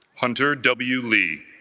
hunter w li